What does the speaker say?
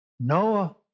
Noah